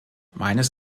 meines